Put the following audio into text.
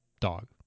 dog